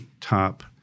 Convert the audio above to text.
top